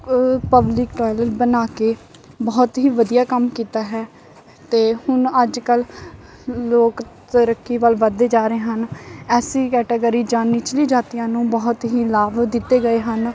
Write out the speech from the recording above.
public toilet ਬਣਾ ਕੇ ਬਹੁਤ ਹੀ ਵਧੀਆ ਕੰਮ ਕੀਤਾ ਹੈ ਅਤੇ ਹੁਣ ਅੱਜ ਕੱਲ੍ਹ ਲੋਕ ਤਰੱਕੀ ਵੱਲ ਵੱਧਦੇ ਜਾ ਰਹੇ ਹਨ ਐਸ ਸੀ ਕੈਟਾਗਰੀ ਜਾ ਨੀਚਲੀ ਜਾਤੀਆਂ ਨੂੰ ਬਹੁਤ ਹੀ ਲਾਭ ਦਿੱਤੇ ਗਏ ਹਨ